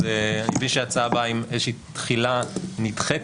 אז אני מבין שההצעה באה עם איזושהי תחילה נדחית